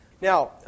Now